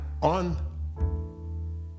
on